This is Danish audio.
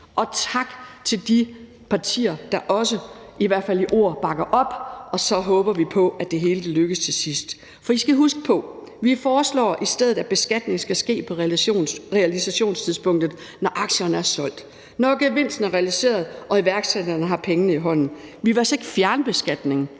Og tak til de partier, der også – i hvert fald i ord – bakker op, og så håber vi på, at det hele lykkes til sidst. For I skal huske på, at vi i stedet foreslår, at beskatningen skal ske på realisationstidspunktet, når aktierne er solgt, gevinsten er realiseret og iværksætterne har pengene i hånden. Vi vil altså ikke fjerne beskatningen.